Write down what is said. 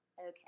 Okay